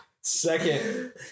Second